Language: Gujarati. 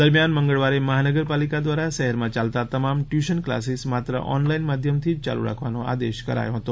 દરમિયાન મંગળવારે મહાનગરપાલિકા દ્વારા શહેરમાં ચાલતા તમામ ટ્યુશન ક્લાસીસ માત્ર ઓનલાઈન મધ્યમથી જ ચાલુ રાખવાનો આદેશ કરાયો હતો